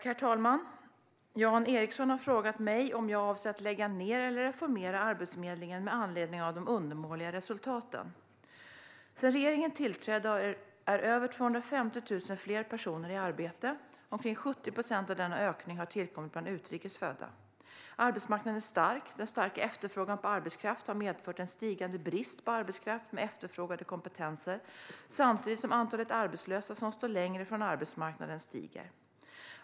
Svar på interpellationer Herr talman! Jan Ericson har frågat mig om jag avser att lägga ned eller reformera Arbetsförmedlingen med anledning av de undermåliga resultaten. Sedan regeringen tillträdde är över 250 000 fler personer i arbete. Omkring 70 procent av denna ökning har tillkommit bland utrikes födda. Arbetsmarknaden är stark. Den starka efterfrågan på arbetskraft har medfört en stigande brist på arbetskraft med efterfrågade kompetenser samtidigt som antalet arbetslösa som står längre från arbetsmarknaden stiger.